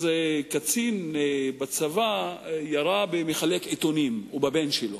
איזה קצין בצבא ירה במחלק עיתונים ובבן שלו.